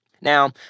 Now